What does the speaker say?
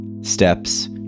steps